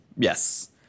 Yes